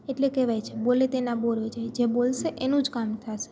એટલે કહેવાય છે બોલે તેના બોર વેચાય જે બોલશે એનું જ કામ થશે